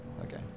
Okay